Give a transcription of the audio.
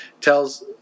tells